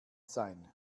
sein